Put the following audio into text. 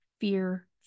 fear